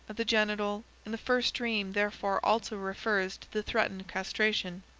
of the genital, in the first dream therefore also refers to the threatened castration.